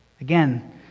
Again